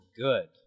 good